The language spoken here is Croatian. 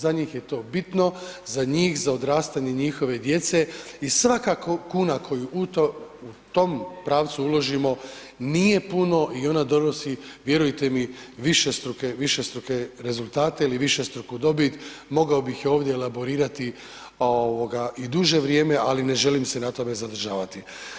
Za njih je to bitno, za njih, za odrastanje njihove djece i svaka kuna koja u tom pravcu uložimo, nije puno i ona donosi vjerujte mi, višestruke rezultate ili višestruku dobit, mogao bih ovdje elaborirati i duže vrijeme ali ne želim se na tome zadržavati.